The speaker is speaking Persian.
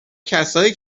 کسایی